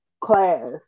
class